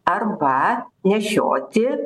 arba nešioti